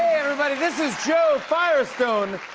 everybody. this is jo firestone,